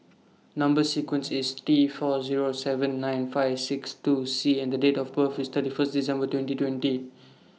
Number sequence IS T four Zero seven nine five six two C and Date of birth IS thirty First December twenty twenty